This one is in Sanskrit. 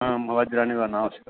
आं वज्राणि व ना आवश्यकम्